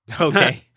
Okay